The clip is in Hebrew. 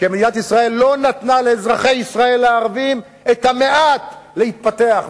כי מדינת ישראל לא נתנה לאזרחי ישראל הערבים את המעט להתפתח.